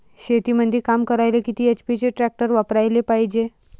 शेतीमंदी काम करायले किती एच.पी चे ट्रॅक्टर वापरायले पायजे?